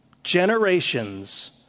generations